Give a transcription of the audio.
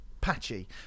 patchy